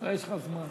יש לך זמן.